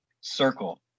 circle